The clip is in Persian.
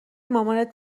مامانت